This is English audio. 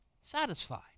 satisfy